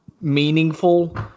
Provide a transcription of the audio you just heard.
meaningful